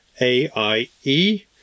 AIE